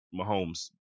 Mahomes